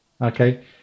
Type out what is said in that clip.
Okay